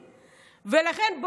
ולכן,